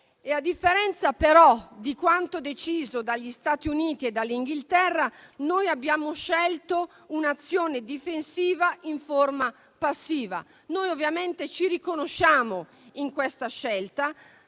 A differenza, però, di quanto deciso dagli Stati Uniti e dall'Inghilterra, abbiamo scelto un'azione difensiva in forma passiva. Noi ovviamente ci riconosciamo in questa scelta